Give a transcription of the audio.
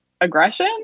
aggression